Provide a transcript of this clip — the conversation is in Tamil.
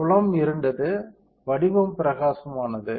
புலம் இருண்டது வடிவம் பிரகாசமானது